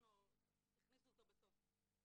רטורנו הכניסו אותו בסוף,